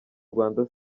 rwanda